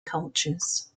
cultures